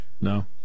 No